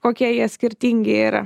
kokie jie skirtingi yra